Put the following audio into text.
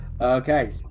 Okay